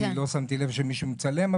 אני לא שמתי לב שמישהו מצלם,